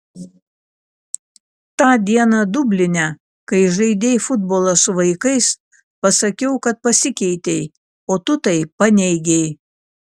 tą dieną dubline kai žaidei futbolą su vaikais pasakiau kad pasikeitei o tu tai paneigei